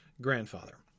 grandfather